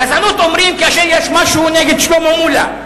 גזענות אומרים כאשר יש משהו נגד שלמה מולה.